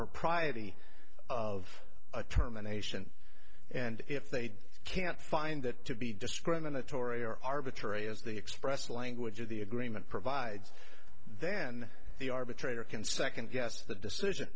propriety of a terminations and if they can't find that to be discriminatory or arbitrary as the express language of the agreement provides then the arbitrator can second guess the decision